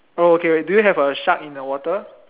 oh okay do you have a shark in the water